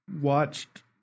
watched